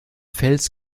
fels